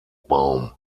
baum